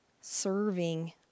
serving